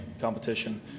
Competition